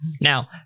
Now